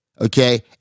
okay